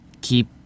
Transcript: Keep